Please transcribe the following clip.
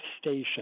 station